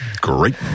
Great